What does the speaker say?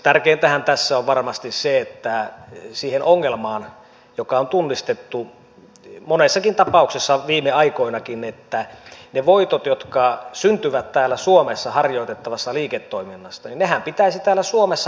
tärkeintähän tässä on varmasti ratkaista se ongelma joka on tunnistettu monessakin tapauksessa viime aikoinakin että ne voitothan jotka syntyvät täällä suomessa harjoitettavasta liiketoiminnasta pitäisi täällä suomessa verottaa